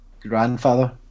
grandfather